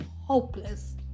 hopeless